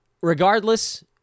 Regardless